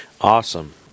Awesome